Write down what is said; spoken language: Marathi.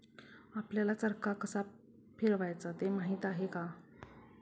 आपल्याला चरखा कसा फिरवायचा ते माहित आहे का?